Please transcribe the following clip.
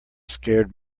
scared